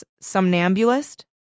somnambulist